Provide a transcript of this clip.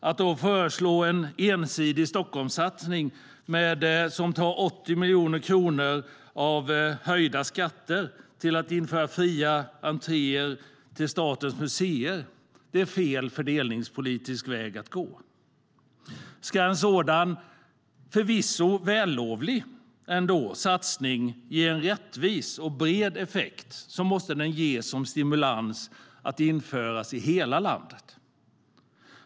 Att då föreslå en ensidig Stockholmssatsning som tar 80 miljoner kronor av höjda skatter till att införa fria entréer på statens museer är fel fördelningspolitisk väg att gå. Ska en sådan, förvisso vällovlig, satsning ge en rättvis och bred effekt måste den ges som stimulans att införas i hela landet.